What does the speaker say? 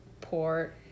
Port